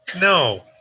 No